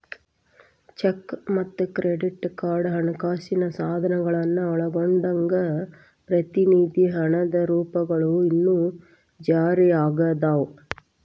check ಮತ್ತ credit card ಹಣಕಾಸಿನ ಸಾಧನಗಳನ್ನ ಒಳಗೊಂಡಂಗ ಪ್ರತಿನಿಧಿ ಹಣದ ರೂಪಗಳು ಇನ್ನೂ ಜಾರಿಯಾಗದವ